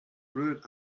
blöd